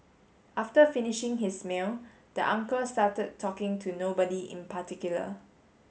after finishing his meal the uncle started talking to nobody in particular